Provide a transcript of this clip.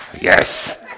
yes